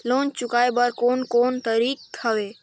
Loan चुकाए बर कोन कोन तरीका हवे?